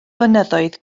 flynyddoedd